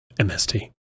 MST